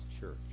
church